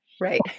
Right